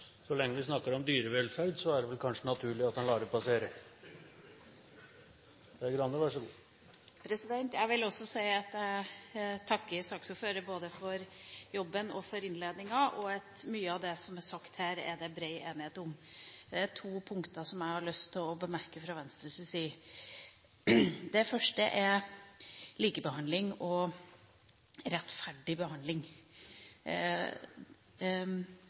så lenge vi snakker om dyrevelferd, er det vel naturlig at man lar det passere. Jeg vil også takke saksordføreren for arbeidet og for innledninga. Mye av det som er blitt sagt her, er det bred enighet om. Det er to punkter som jeg, fra Venstres side, har lyst til å bemerke. Det første gjelder likebehandling og rettferdig behandling.